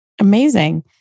Amazing